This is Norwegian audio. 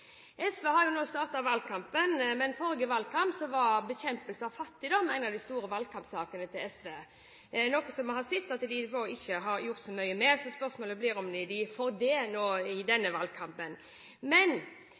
SV har jo nå startet valgkampen, men i forrige valgkamp var bekjempelse av fattigdom en av de store valgkampsakene til SV – noe som vi har sett at de ikke har gjort så mye med. Spørsmålet blir om vi får det nå i denne valgkampen. Men